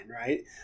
right